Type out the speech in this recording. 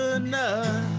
enough